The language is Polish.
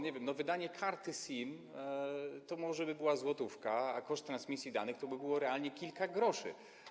Nie wiem, wydanie karty SIM to może by była złotówka, a koszt transmisji danych to by było realnie kilka groszy.